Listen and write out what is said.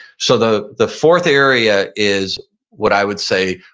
so the the fourth area is what i would say,